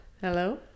hello